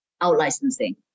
out-licensing